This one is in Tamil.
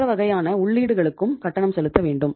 மற்ற வகையான உள்ளீடுகளுக்கும் கட்டணம் செலுத்த வேண்டும்